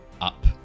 up